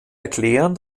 erklären